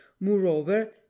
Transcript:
moreover